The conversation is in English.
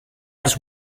has